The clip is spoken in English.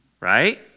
right